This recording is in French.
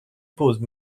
posent